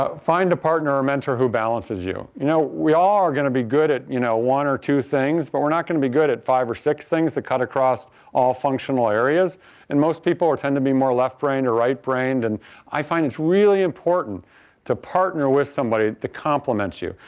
ah find a partner or mentor who balances you. you know we are all going to be good at you know one or two things, but we're not going to be good at five or six things that cut across all functional areas and most people tend to be more left brained or right brained and i find it's really important to partner with somebody that complements you.